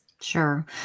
Sure